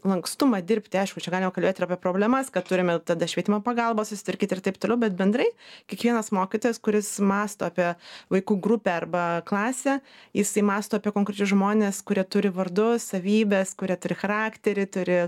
lankstumą dirbti aišku čia galima kalbėt ir apie problemas kad turime tada švietimo pagalbą susitvarkyt ir taip toliau bet bendrai kiekvienas mokytojas kuris mąsto apie vaikų grupę arba klasę jisai mąsto apie konkrečius žmones kurie turi vardus savybes kurie turi charakterį turi